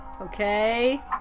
Okay